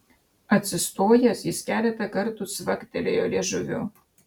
atsistojęs jis keletą kartų cvaktelėjo liežuviu